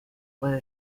puedo